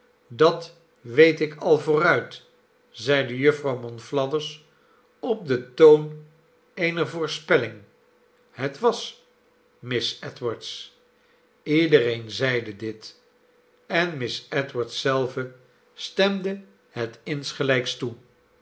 dat weet ik al vooruit zeide jufvrouw monflathers op den toon eener voorspelling het was miss edwards iedereen zeide dit en miss edwards zelve stemde het insgelijks toe